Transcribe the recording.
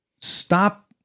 stop